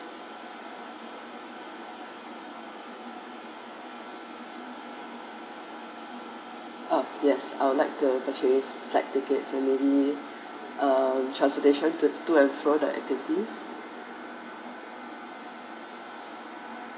ah yes i would like to actually flight tickets already ah transportation to and fro the activities